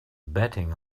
betting